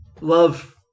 Love